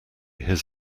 his